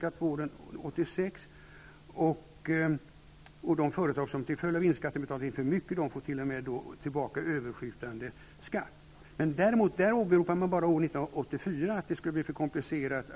Om det begåtts en orättvisa kan man inte gärna avstå från att rätta till det hela genom att åberopa att det blir för komplicerat.